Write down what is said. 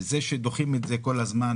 זה שדוחים את זה כל הזמן,